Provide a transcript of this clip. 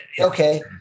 okay